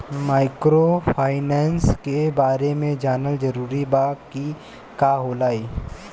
Microfinance के बारे में जानल जरूरी बा की का होला ई?